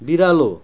बिरालो